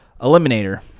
Eliminator